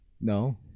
No